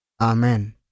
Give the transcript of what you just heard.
Amen